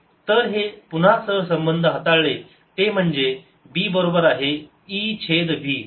तर हे पुन्हा सहसंबंध हाताळले ते म्हणजे b बरोबर आहे e छेद v